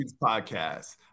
podcast